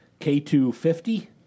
K250